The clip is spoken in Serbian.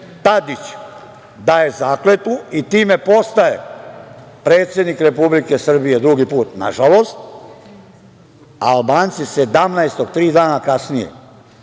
Tadić daje zakletvu i time postaje predsednik Republike Srbije drugi put, nažalost, a Albanci 17-og, tri dana kasnije,